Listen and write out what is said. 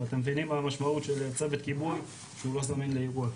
ואתם מבינים מה המשמעות של צוות כיבוי שהוא לא זמין לאירוע,